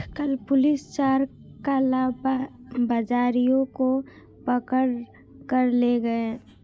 कल पुलिस चार कालाबाजारियों को पकड़ कर ले गए